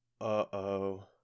Uh-oh